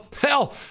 hell